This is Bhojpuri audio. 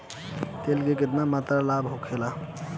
तेल के केतना मात्रा लाभ होखेला?